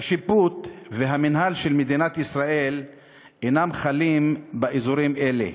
השיפוט והמינהל של מדינת ישראל אינם חלים באזורים אלה.